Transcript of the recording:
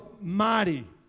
mighty